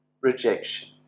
rejection